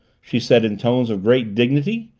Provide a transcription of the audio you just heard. she said in tones of great dignity.